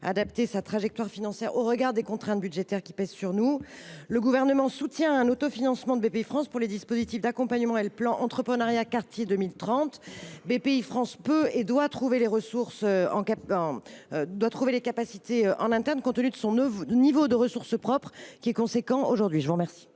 adapter sa trajectoire financière au regard des contraintes budgétaires qui pèsent sur nous. Le Gouvernement soutient l’autofinancement par Bpifrance des dispositifs d’accompagnement et du plan entrepreneurial Quartier 2030. Bpifrance peut et doit trouver les capacités en interne compte tenu de son niveau de ressources propres, qui est aujourd’hui significatif.